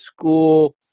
school